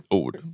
ord